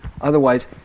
Otherwise